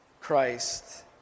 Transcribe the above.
Christ